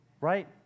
Right